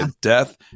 death